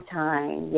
time